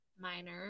minor